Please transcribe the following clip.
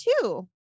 two